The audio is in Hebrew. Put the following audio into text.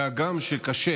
והגם שקשה